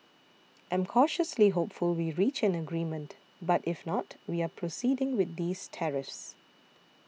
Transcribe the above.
I'm cautiously hopeful we reach an agreement but if not we are proceeding with these tariffs